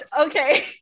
okay